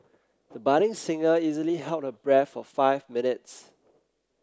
the budding singer easily held her breath for five minutes